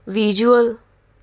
visual